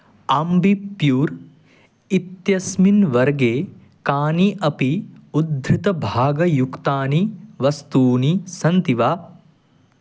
Ambi Pur इत्यस्मिन् वर्गे कानि अपि उद्धृतभागयुक्तानि वस्तूनि सन्ति वा